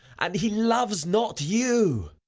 and he loves not you.